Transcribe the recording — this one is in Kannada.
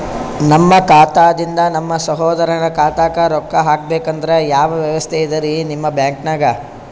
ನಮ್ಮ ಖಾತಾದಿಂದ ನಮ್ಮ ಸಹೋದರನ ಖಾತಾಕ್ಕಾ ರೊಕ್ಕಾ ಹಾಕ್ಬೇಕಂದ್ರ ಯಾವ ವ್ಯವಸ್ಥೆ ಇದರೀ ನಿಮ್ಮ ಬ್ಯಾಂಕ್ನಾಗ?